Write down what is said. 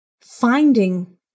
Finding